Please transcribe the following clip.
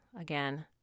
again